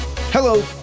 Hello